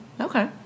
Okay